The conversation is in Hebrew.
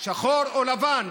שחור או לבן.